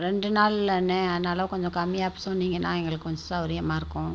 ரெண்டு நாளில் அண்ணேன் அதனால் கொஞ்சம் கம்மியாக சொன்னீங்கனால் எங்களுக்கு கொஞ்சம் சவுரியமா இருக்கும்